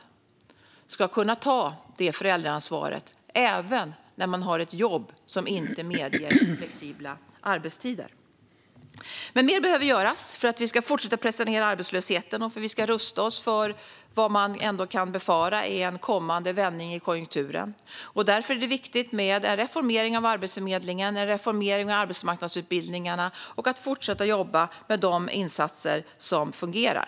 Föräldrar ska kunna ta detta föräldraansvar även när de har jobb som inte medger flexibla arbetstider. Men mer behöver göras för att vi ska fortsätta att pressa ned arbetslösheten och för att vi ska rusta oss för det man kan befara är en kommande vändning i konjunkturen. Därför är det viktigt med en reformering av Arbetsförmedlingen, en reformering av arbetsmarknadsutbildningarna och att fortsätta att jobba med de insatser som fungerar.